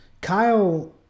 Kyle